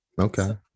okay